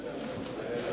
Hvala.